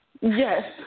Yes